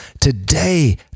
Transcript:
today